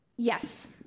Yes